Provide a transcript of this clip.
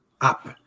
up